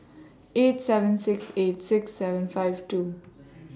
eight seven six eight six seven five two